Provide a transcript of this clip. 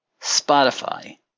Spotify